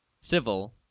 Civil